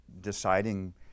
deciding